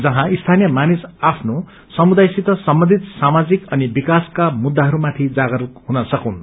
जहाँ स्थानीय मानिस आफ्नो समुदायसित सम्बन्धित सामाजिक अनि विकासका मुद्दाहरूमाथि जागरूक हुन सक्दूँन्